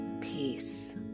peace